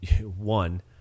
one